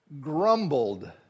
grumbled